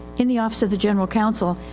in the office of the general counsel,